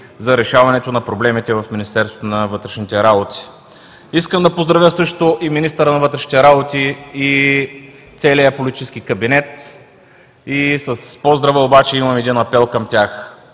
за решаването на проблемите в Министерството на вътрешните работи. Искам да поздравя и министъра на вътрешните работи, и целия политически кабинет. С поздрава имам един апел към тях